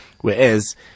Whereas